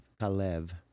Kalev